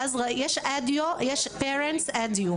זה הודעות להורים תחת Eduparents,